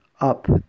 up